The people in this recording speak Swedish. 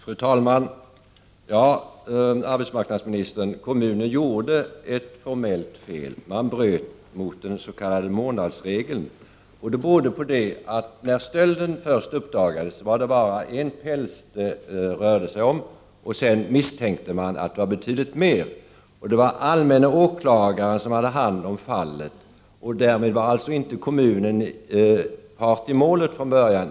Fru talman! Ja, arbetsmarknadsministern, kommunen gjorde ett formellt fel. Man bröt mot den s.k. månadsregeln. Detta berodde på att det bara var en päls det rörde sig om när stölden först uppdagades. Senare misstänkte man att det var betydligt mer. Det var den allmänna åklagaren som hade hand om fallet, och därmed var kommunen inte part i målet från början.